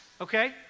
Okay